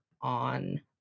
on